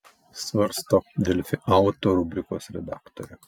svarsto delfi auto rubrikos redaktorė